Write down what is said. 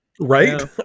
Right